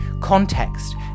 Context